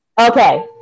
Okay